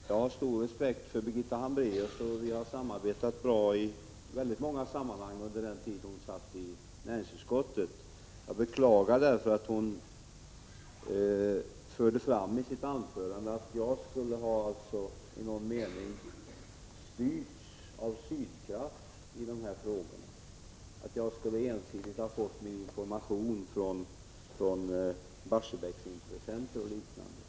Herr talman! Jag har stor respekt för Birgitta Hambraeus, och vi har samarbetat bra i många sammanhang under den tid då hon satt i näringsutskottet. Jag beklagar därför att hon i sitt anförande förde fram att jag skulle ha i någon mening styrts av Sydkraft i dessa frågor, att jag skulle ensidigt ha fått min information från Barsebäcksintressenter och liknande.